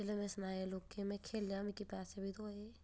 जेल्लै में सनाया लोकें ई में खे'ल्लेआ ते मिकी पैसे बी थ्होए